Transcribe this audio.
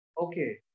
Okay